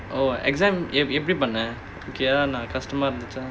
oh exam எப்பிடி பண்ண:eppidi panna okay ah தான இல்ல கஷ்டமா இருந்துச்சா:thaana illa kashatamaa irunthucha